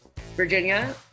Virginia